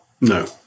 No